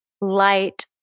light